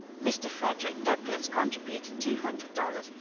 mr. frederick douglass contributed two hundred dollars,